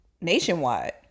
nationwide